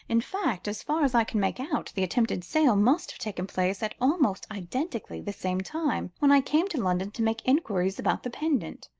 in fact, as far as i can make out, the attempted sale must have taken place at almost identically the same time when i came to london to make enquiries about the pendant.